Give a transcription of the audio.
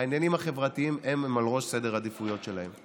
העניינים החברתיים הם בראש סדר העדיפויות שלהם.